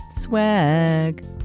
swag